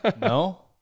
no